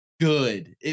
good